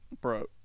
Bro